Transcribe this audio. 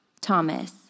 Thomas